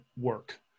work